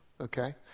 okay